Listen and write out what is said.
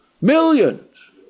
millions